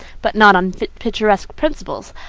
but not on picturesque principles.